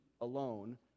alone